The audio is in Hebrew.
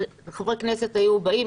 וחברי הכנסת היו באים,